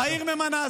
העיר ממנה,